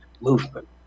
movement